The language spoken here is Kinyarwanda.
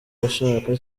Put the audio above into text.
abishaka